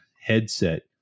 headset